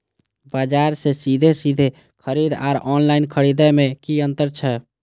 बजार से सीधे सीधे खरीद आर ऑनलाइन खरीद में की अंतर छै?